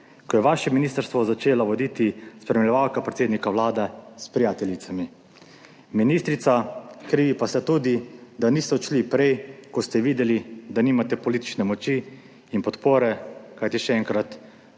Ko je vaše ministrstvo začela voditi spremljevalka predsednika Vlade s prijateljicami. Ministrica krivi pa ste tudi, da niste odšli prej ko ste videli, da nimate politične moči in podpore, kajti še enkrat,